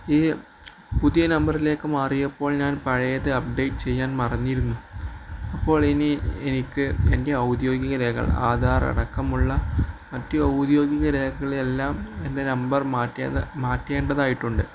ഈ പുതിയ നമ്പറിലേക്ക് മാറിയപ്പോൾ ഞാൻ പഴയത് അപ്ഡേറ്റ് ചെയ്യാൻ മറന്നിരുന്നു അപ്പോൾ ഇനി എനിക്ക് എൻ്റെ ഔദ്യോഗിക രേഖകൾ ആധാർ അടക്കമുള്ള മറ്റ് ഔദ്യോഗിക രേഖകൾ എല്ലാം എൻ്റെ നമ്പർ മാറ്റിയത് മാറ്റേണ്ടതായിട്ടുണ്ട്